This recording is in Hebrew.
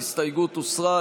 ההסתייגות הוסרה.